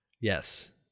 Yes